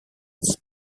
its